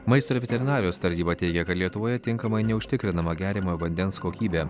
maisto ir veterinarijos tarnyba teigia kad lietuvoje tinkamai neužtikrinama geriamojo vandens kokybė